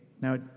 Now